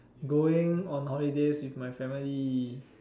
going on holidays with my family